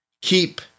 keep